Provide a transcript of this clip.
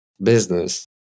business